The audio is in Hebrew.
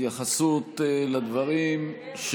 התייחסות לדברים,